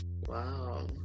Wow